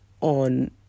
on